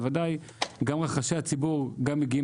אבל בוודאי גם רחשי הציבור גם מגיעים